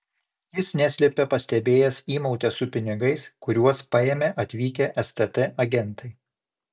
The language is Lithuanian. jis neslėpė pastebėjęs įmautę su pinigais kuriuos paėmė atvykę stt agentai